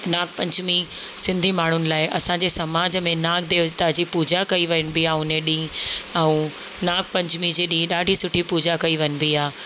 नागपंचमी सिंधी माण्हुनि लाइ असां जे समाज में नाग देवता जी पूॼा कई वञिबी आहे उन ॾींहुं ऐं नाग पंचमी जे ॾींहुं ॾाढी सुठी पूॼा कई वञिबी आहे